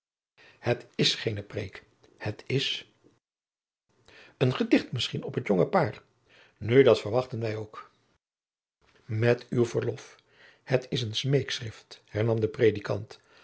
het is geene preêk het is een gedicht misschien op het jonge paar nu dat verwachten wij ook met uw verlof het is een smeekschrift hernam de predikant